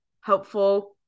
helpful